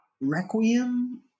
Requiem